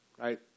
right